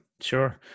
Sure